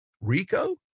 RICO